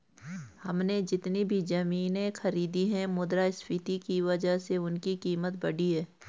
हमने जितनी भी जमीनें खरीदी हैं मुद्रास्फीति की वजह से उनकी कीमत बढ़ी है